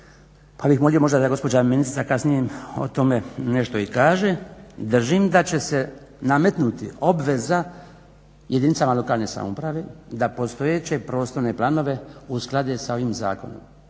pa bih molio možda da gospođa ministrica kasnije o tome nešto i kaže, držim da će se nametnuti obveza jedinicama lokalne samouprave da postojeće prostorne planove uskladi sa ovim zakonom.